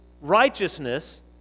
righteousness